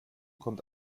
kommt